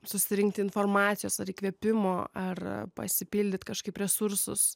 susirinkti informacijos ar įkvėpimo ar pasipildyt kažkaip resursus